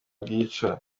bwica